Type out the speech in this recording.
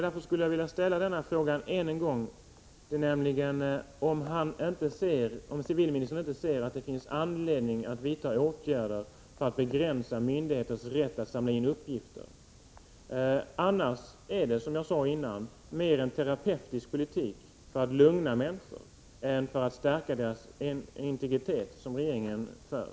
Därför skulle jag än en gång vilja ställa frågan: Anser inte civilministern att det finns anledning att vidta åtgärder för att begränsa myndigheters rätt att samla in uppgifter? Om civilministern inte är beredd att vidta åtgärder är det, som jag sade tidigare, mer en terapeutisk politik, för att lugna människorna, än en politik för att stärka deras integritet som regeringen för.